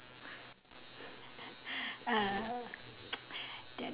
uh